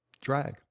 Drag